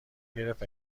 گرفت